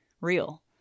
real